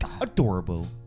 adorable